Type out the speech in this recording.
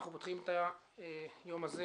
אנחנו פותחים את היום הזה